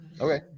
Okay